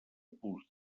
puzle